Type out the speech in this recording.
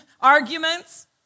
arguments